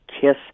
kiss